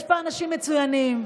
יש פה אנשים מצוינים,